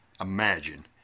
imagine